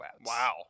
Wow